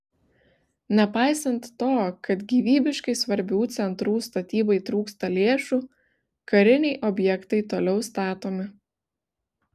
nepaisant to kad gyvybiškai svarbių centrų statybai trūksta lėšų kariniai objektai toliau statomi